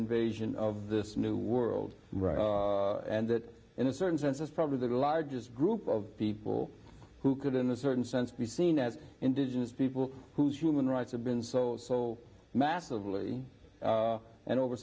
invasion of this new world right and that in a certain sense is probably the largest group of people who could in a certain sense be seen at indigenous people whose human rights have been so so massively and over